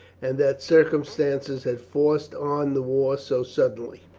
and that circumstances had forced on the war so suddenly.